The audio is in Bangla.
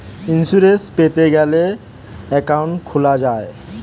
ইইন্সুরেন্স পেতে গ্যালে একউন্ট খুলা যায়